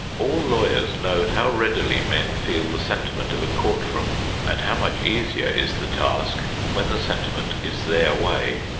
all lawyers know how readily men feel the sentiment of a court room and how much easier is the task when the sentiment is their way.